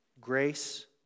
grace